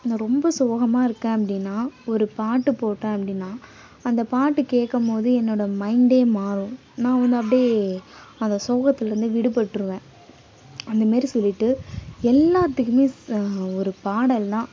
ரொம்ப சோகமாக இருக்கேன் அப்படின்னா ஒரு பாட்டு போட்டேன் அப்படின்னா அந்த பாட்டு கேட்கம் போதே என்னோடய மைண்டே மாறும் நான் வந்து அப்டி அந்த சோகத்துலருந்து விடுபட்டுருவேன் அந்தமாரி சொல்லிவிட்டு எல்லாத்துக்குமே ஸ் ஒரு பாடல்னால்